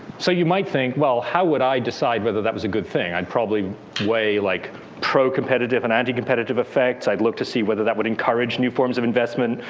so you might think, well how would i decide whether that was a good thing. i'd probably weigh like procompetitive and anticompetitive effects. i'd look to see whether that would encourage new forms of investment,